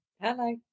Hello